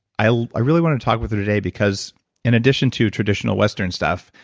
i i really want to talk with her today because in addition to traditional western stuff,